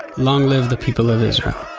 long live the people of israel